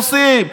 נוסעים.